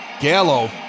Gallo